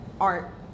art